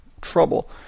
trouble